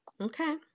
Okay